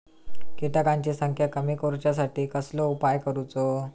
किटकांची संख्या कमी करुच्यासाठी कसलो उपाय करूचो?